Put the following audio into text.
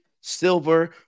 silver